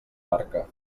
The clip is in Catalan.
barca